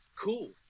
cool